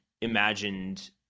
imagined